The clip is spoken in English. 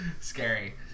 Scary